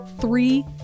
Three